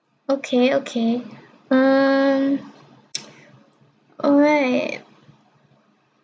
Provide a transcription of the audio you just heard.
okay okay um alright